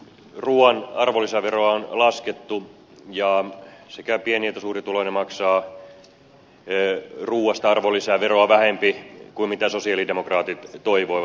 ruuan arvonlisäveroa on laskettu ja sekä pieni että suurituloinen maksaa ruuasta arvonlisäveroa vähempi kuin sosialidemokraatit toivoivat